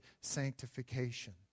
sanctification